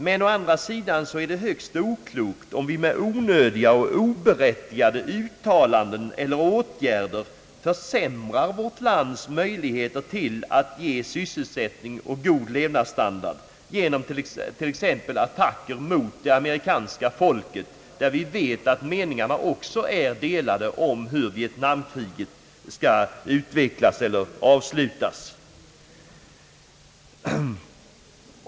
Men å andra sidan är det högst oklokt om vi med onödiga och oberättigade uttalanden eller åtgärder försämrar vårt lands möjligheter ati ge sysselsättning och god levnadsstandard, genom t.ex. attacker mot det amerikanska folket, inom vilket vi vet att meningarna också är delade om hur Vietnam-kriget skall utvecklas ellér avslutas.